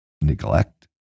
neglect